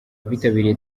abitabiriye